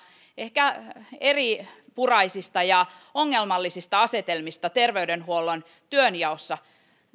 ehkä eripuraisista ja ongelmallisista asetelmista terveydenhuollon työnjaossa